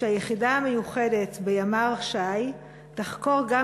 שהיחידה המיוחדת בימ"ר ש"י תחקור גם